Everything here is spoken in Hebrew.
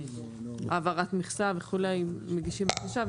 בהעברת מכסה וכולי מגישים בקשה,